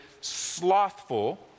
slothful